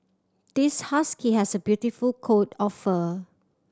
this husky has a beautiful coat of fur